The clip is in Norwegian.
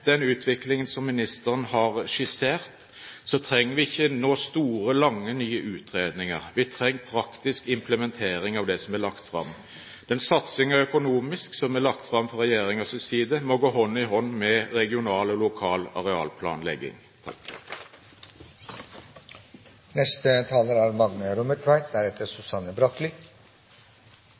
den utviklingen som ministeren har skissert, trenger vi ikke noen store, lange og nye utredninger. Vi trenger praktisk implementering av det som er lagt fram. Den økonomiske satsingen som er lagt fram fra regjeringens side, må gå hånd i hånd med regional og lokal arealplanlegging.